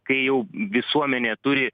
kai jau visuomenė turi